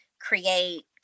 create